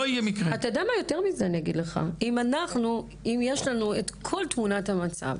אתה יודע מה יותר מזה, אם ישלנו את כל תמונת המצב,